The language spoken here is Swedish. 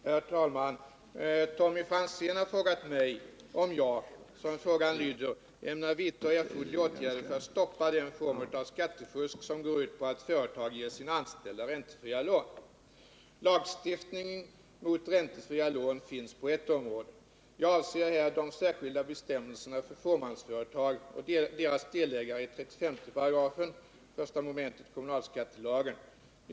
Herr talman! Tommy Franzén har frågat mig om jag — som frågan lyder — ämnar vidta erforderliga åtgärder för att stoppa den form av skattefusk som går ut på att företag ger sina anställda räntefria lån. Lagstiftning mot räntefria lån finns på ett område. Jag avser här de särskilda bestämmelserna för fåmansföretag och deras delägare i 35 § 1a mom. kommunalskattelagen.